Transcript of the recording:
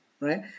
right